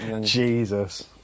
Jesus